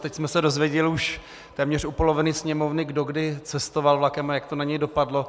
Teď jsme se dozvěděli už téměř od poloviny Sněmovny, kdo kdy cestoval vlakem a jak to na něj dopadlo.